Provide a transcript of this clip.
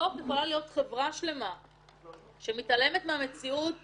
בסוף יכולה להיות חברה שלמה שמתעלמת מהמציאות